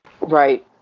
Right